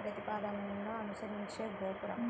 ప్రతిపాదనలను అనుసరించే గోపురం